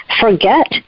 forget